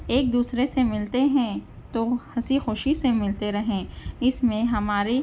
ایک دوسرے سے ملتے ہیں تو ہنسی خوشی سے ملتے رہیں اِس میں ہماری